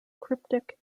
cryptic